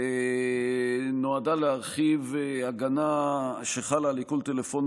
נועדה להרחיב הגנה שחלה על עיקול טלפונים